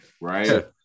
Right